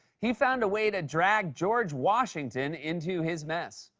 he found a way to drag george washington into his mess.